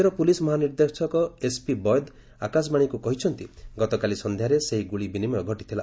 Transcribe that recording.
ରାଜ୍ୟର ପୁଲିସ୍ ମହାନିର୍ଦ୍ଦେଶକ ଏସ୍ପି ବୈଦ ଆକାଶବାଣୀକୁ କହିଛନ୍ତି ଗତକାଲି ସନ୍ଧ୍ୟାରେ ସେହି ଗୁଳି ବିନିମୟ ଘଟିଥିଲା